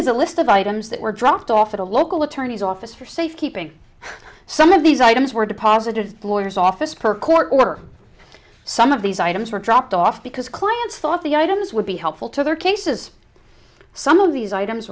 is a list of items that were dropped off at a local attorney's office for safekeeping some of these items were deposited lawyers office per court order some of these items were dropped off because clients thought the items would be helpful to other cases some of these items